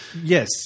Yes